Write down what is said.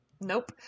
Nope